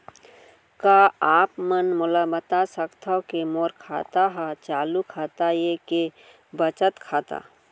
का आप मन मोला बता सकथव के मोर खाता ह चालू खाता ये के बचत खाता?